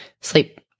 Sleep